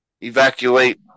evacuate